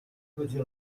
chodzi